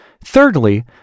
Thirdly